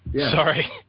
Sorry